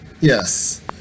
Yes